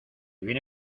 viene